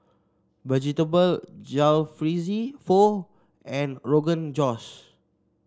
Vegetable Jalfrezi Pho and Rogan Josh